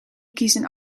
kiezen